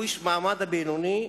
הוא איש המעמד הבינוני,